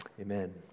Amen